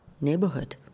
neighborhood